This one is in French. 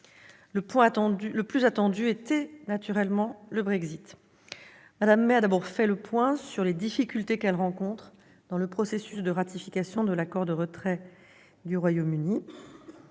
Le sujet le plus attendu était bien entendu le Brexit. Mme May a d'abord fait le point sur les difficultés qu'elle rencontre dans le processus de ratification de l'accord de retrait du Royaume-Uni.